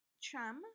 Cham